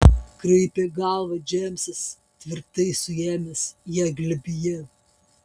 kraipė galvą džeimsas tvirtai suėmęs ją glėbyje